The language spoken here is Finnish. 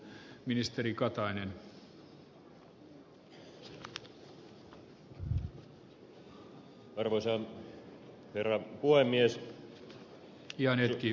arvoisa herra puhemies